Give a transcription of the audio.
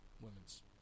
women's